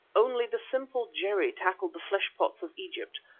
only the simple jerry tackled the fleshpots of egypt,